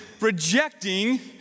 rejecting